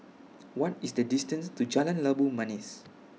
What IS The distance to Jalan Labu Manis